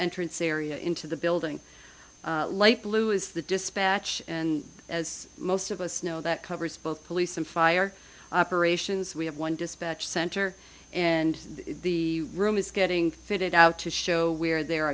entrance area into the building light blue is the dispatch and as most of us know that covers both police and fire operations we have one dispatch center and the room is getting fitted out to show where the